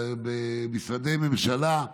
במשרדי ממשלה.